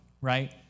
right